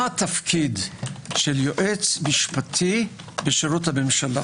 מה התפקיד של יועץ משפטי בשירות הממשלה